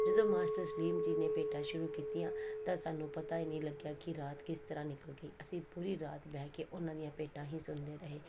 ਜਦੋਂ ਮਾਸਟਰ ਸਲੀਮ ਜੀ ਨੇ ਭੇਟਾਂ ਸ਼ੁਰੂ ਕੀਤੀਆਂ ਤਾਂ ਸਾਨੂੰ ਪਤਾ ਹੀ ਨਹੀਂ ਲੱਗਿਆ ਕਿ ਰਾਤ ਕਿਸ ਤਰ੍ਹਾਂ ਨਿਕਲ ਗਈ ਅਸੀਂ ਪੂਰੀ ਰਾਤ ਬਹਿ ਕੇ ਉਹਨਾਂ ਦੀਆਂ ਭੇਟਾਂ ਹੀ ਸੁਣਦੇ ਰਹੇ